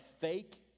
fake